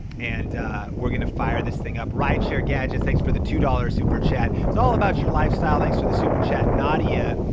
and we're gonna fire this thing up. rideshare gadgets, thanks for the two dollars super chat. it's all about your lifestyle, thanks for the super chat. nadia,